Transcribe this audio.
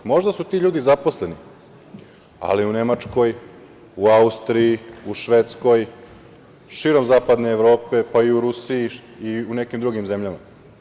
Možda su ti ljudi zaposleni, ali u Nemačkoj, Austriji, Švedskoj, širom zapadne Evrope, pa i u Rusiji i u nekim drugim zemljama.